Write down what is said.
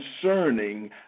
concerning